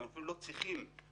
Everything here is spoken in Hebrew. אנחנו אפילו לא צריכים מב"ד,